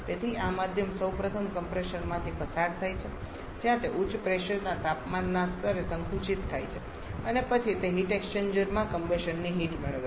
તેથી આ માધ્યમ સૌપ્રથમ કમ્પ્રેસરમાંથી પસાર થાય છે જ્યાં તે ઉચ્ચ પ્રેશરના તાપમાનના સ્તરે સંકુચિત થાય છે અને પછી તે હીટ એક્સ્ચેન્જર માં કમ્બશનની હીટ મેળવે છે